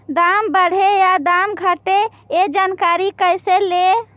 दाम बढ़े या दाम घटे ए जानकारी कैसे ले?